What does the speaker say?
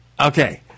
Okay